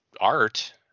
art